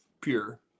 Pure